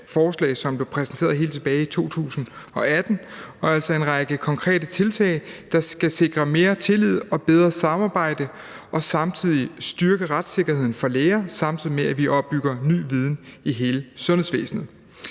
forslag, som blev præsenteret helt tilbage i 2018 – der skal sikre mere tillid og bedre samarbejde og samtidig styrke retssikkerheden for læger, samtidig med at vi opbygger ny viden i hele sundhedsvæsenet.